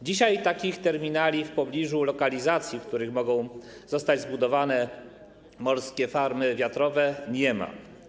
Dzisiaj takich terminali w pobliżu lokalizacji, w których mogą zostać zbudowane morskie farmy wiatrowe, nie ma.